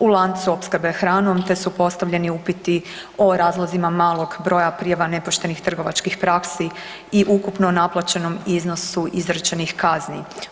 u lancu opskrbe hranom te su postavljeni upiti o razlozima malog broja prijava nepoštenih trgovačkih praksi i ukupno naplaćenom iznosu izrečenih kazni.